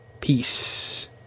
Peace